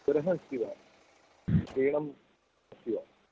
ज्वरः अस्ति वा शीतम् अस्ति वा